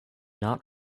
not